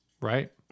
Right